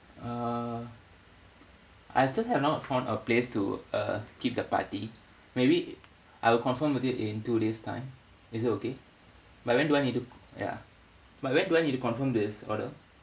uh I still have not found a place to uh keep the party maybe I'll confirm with you in two days' time is it okay by when do I need to ya by when do I need to confirm this order